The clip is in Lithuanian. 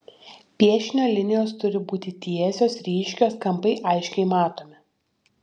piešinio linijos turi būti tiesios ryškios kampai aiškiai matomi